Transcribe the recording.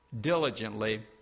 diligently